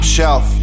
Shelf